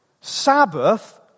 Sabbath